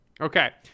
Okay